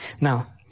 Now